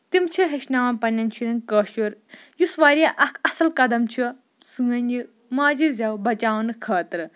تِم چھِ ہٮ۪چھناوان پَنٕنین کٲشُر یُس واریاہ اکھ اَصٕل قدم چھُ سٲنۍ یہِ ماجہِ زیو بِچاونہٕ خٲطرٕ